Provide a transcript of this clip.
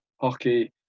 hockey